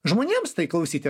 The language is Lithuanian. žmonėms tai klausyti